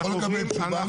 אפשר לקבל תשובה ממך?